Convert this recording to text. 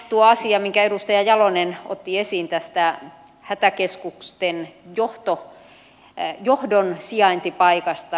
tuo asia minkä edustaja jalonen otti esiin tästä hätäkeskusten johdon sijaintipaikasta